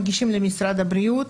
מגישים למשרד הבריאות,